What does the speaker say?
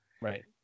Right